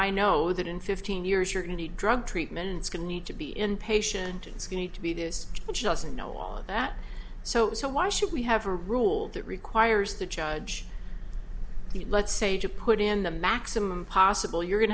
i know that in fifteen years you're going to be drug treatments going need to be inpatient and skinny to be this but she doesn't know all of that so why should we have a rule that requires the judge let's say to put in the maximum possible you're going